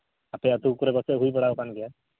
ᱟᱯᱮ ᱟᱹᱛᱩ ᱠᱚᱨᱮ ᱯᱟᱥᱮᱡ ᱦᱩᱭ ᱵᱟᱲᱟᱣᱟᱠᱟᱱ ᱜᱮᱭᱟ